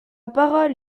parole